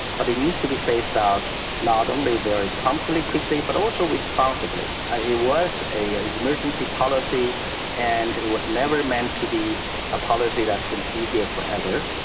but it needs to be phased out not only very promptly, quickly, but also responsibly. ah it was an ah emergency policy and it was never meant to be a policy that's going to be here forever.